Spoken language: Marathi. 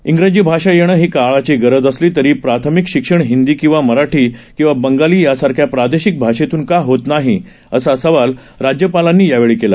इंग्रजी भाषा येणं ही काळाची गरज असली तरी प्राथमिक शिक्षण हिंदी किंवा मराठी बंगाली यांसारख्या प्रादेशिक भाषेतून का होत नाही असा सवाल राज्यपालांनी यावेळी केला